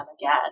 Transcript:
again